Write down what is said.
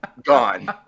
Gone